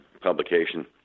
publication